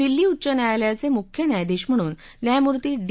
दिल्ली उच्च न्यायालयाचे मुख्य न्यायाधीश म्हणून न्यायमूर्ती डी